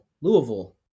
Louisville